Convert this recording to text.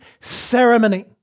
ceremony